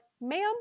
ma'am